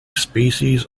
species